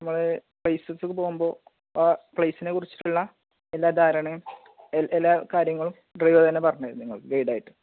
നമ്മള് പ്ലേസസ് ഒക്കെ പോകുമ്പോള് ആ പ്ലേസിനെക്കുറിച്ചിട്ടുള്ള എല്ലാ ധാരണയും എല്ലാ കാര്യങ്ങളും ഡ്രൈവര് തന്നെ പറഞ്ഞുതരും നിങ്ങൾക്ക് ഗൈഡായിട്ട്